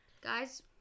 Guys